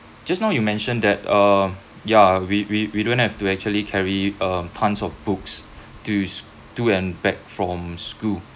just now you mentioned that uh yeah we we we don't have to actually carry uh tons of books to to and back from school